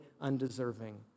undeserving